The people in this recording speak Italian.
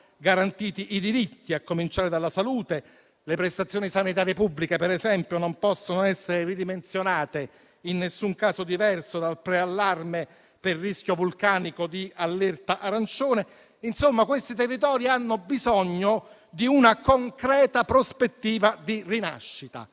garantiti i diritti, a cominciare dalla salute: le prestazioni sanitarie pubbliche, per esempio, non possono essere ridimensionate in nessun caso diverso dal preallarme per rischio vulcanico di allerta arancione. Insomma, questi territori hanno bisogno di una concreta prospettiva di rinascita.